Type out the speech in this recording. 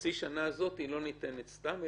שחצי השנה הזאת לא ניתנת סתם,